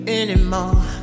anymore